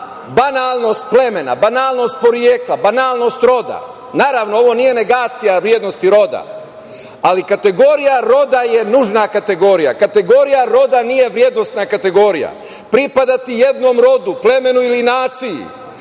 banalnost plemena, banalnost porekla, banalnost roda. Naravno, ovo nije negacija vrednosti roda, ali kategorija roda je nužna kategorija. Kategorija roda nije vrednosna kategorija. Pripadati jednom rodu, plemenu ili naciji,